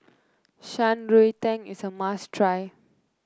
Shan Rui Tang is a must try